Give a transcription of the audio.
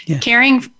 Caring